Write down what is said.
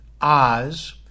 Oz